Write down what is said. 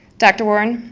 dr. warren,